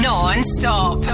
Non-stop